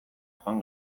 joan